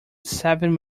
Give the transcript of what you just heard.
seven